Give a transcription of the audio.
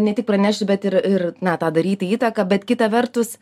ne tik pranešti bet ir ir na tą daryti įtaką bet kita vertus